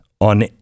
on